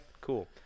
cool